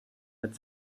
mit